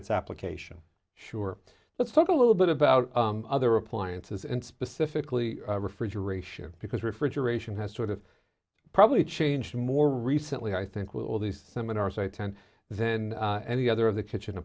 its application sure let's talk a little bit about other appliances and specifically refrigeration because refrigeration has sort of probably changed more recently i think with all the seminars i tend then any other of the kitchen